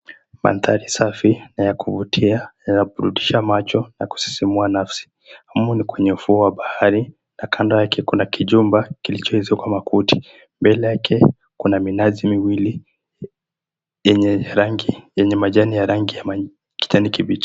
Mandhari safi na ya kuvutia yanaburudisha macho na kusisimua nafsi. Humu ni Kwenye ufuo wa bahari na kando yake kuna kijumba kilichoezekwa makuti. Mbele yake kuna minazi miwili yenye majani ya rangi ya kijani kibichi.